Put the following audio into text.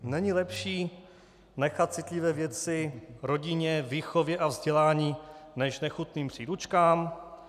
Není lepší nechat citlivé věci rodině, výchově a vzdělání než nechutným příručkám?